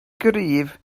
gryf